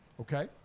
Okay